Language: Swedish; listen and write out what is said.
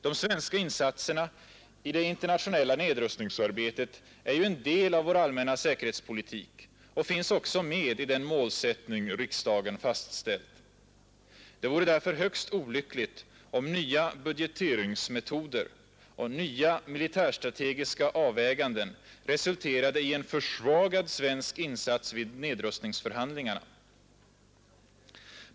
De svenska insatserna i det internationella nedrustningsarbetet är ju en del av vår allmänna erhetspolitik och finns också med i den målsättning riksdagen fastställt. Det vore därför högst olyckligt om nya budgeteringsmetoder och nya militärstrategiska avväganden resulterade i en försvagad svensk insats vid nedrustningsförhandlingarna.